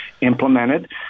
implemented